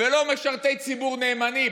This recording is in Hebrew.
ולא משרתי ציבור נאמנים.